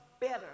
better